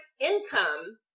income